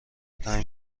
تنگ